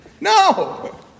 no